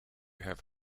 have